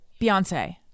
Beyonce